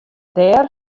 dêr